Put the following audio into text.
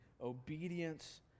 obedience